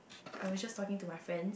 I was just talking to my friends